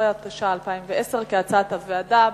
16), התש"ע 2010, כהצעת הוועדה.